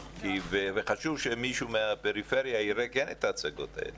וחשוב שמישהו מהפריפריה יראה כן את ההצגות האלה.